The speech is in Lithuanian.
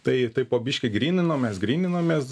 tai tai po biškį gryninomės gryninomės